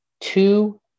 two